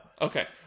Okay